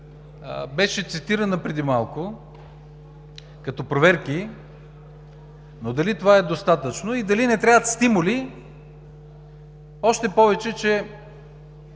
беше цитирана преди малко като проверки, но дали това е достатъчно, и дали не трябват стимули? Още повече че